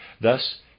Thus